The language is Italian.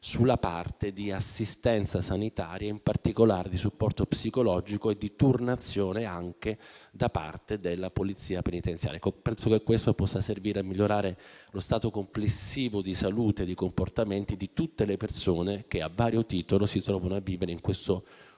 sulla parte relativa all'assistenza sanitaria, in particolare di supporto psicologico, e quindi di turnazione da parte della Polizia penitenziaria. Penso che questo possa servire a migliorare lo stato complessivo di salute ed i comportamenti di tutte le persone che, a vario titolo, si trovano a vivere in questo sottomondo